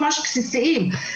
ממש בסיסיים.